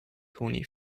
toni